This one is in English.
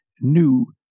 new